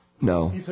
No